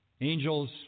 Angels